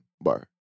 bar